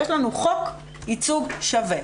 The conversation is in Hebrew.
יש לנו חוק ייצוג שווה.